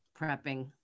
prepping